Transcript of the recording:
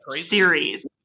series